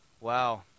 Wow